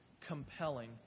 compelling